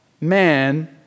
man